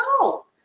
no